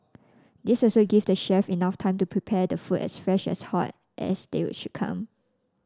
this also give the chef enough time to prepare the food as fresh and hot as they will should come